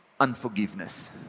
Unforgiveness